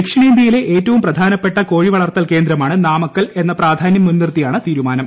ദക്ഷിണേന്തൃയിലെ ഏറ്റവും പ്രധാനപ്പെട്ട കോഴിവളർത്തൽ കേന്ദ്രമാണ് നാമക്കലിൽ എന്ന പ്രാധാനൃം മുൻനിർത്തിയാണ് തീരുമാനം